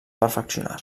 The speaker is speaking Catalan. perfeccionar